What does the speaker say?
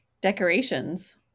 decorations